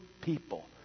people